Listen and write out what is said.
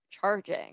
charging